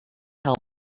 help